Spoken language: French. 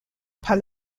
par